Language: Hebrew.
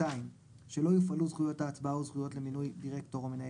שלא יופעלו זכויות ההצבעה או זכויות למינוי דירקטור או מנהל